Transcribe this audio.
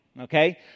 Okay